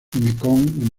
mekong